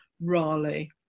Raleigh